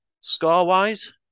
score-wise